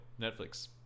netflix